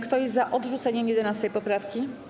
Kto jest za odrzuceniem 11. poprawki?